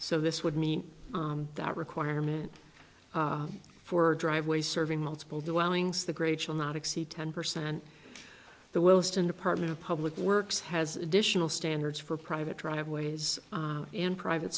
so this would mean that requirement for driveway serving multiple dwellings the grades will not exceed ten percent the wilston department of public works has additional standards for private driveways and private